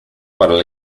para